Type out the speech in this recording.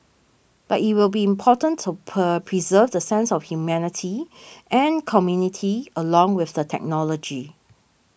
but it will be important to per preserve the sense of humanity and community along with the technology